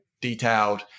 detailed